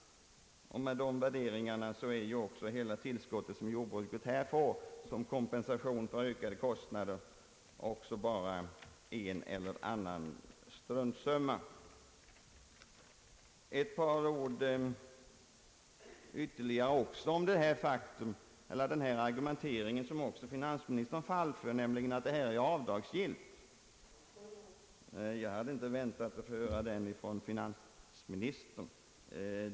Med de måtten mätt är ju också hela jordbrukets kompensationstillskott för ökade kostnader bara en struntsumma, eller möjligen ett par sådana. Jag skall också anföra ett par ord i fråga om den argumentering, som också finansministern föll för, om att denna traktorskatt är avdragsgill i deklarationen. Jag hade inte väntat att få höra det från finansministern.